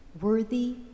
worthy